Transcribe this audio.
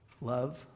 Love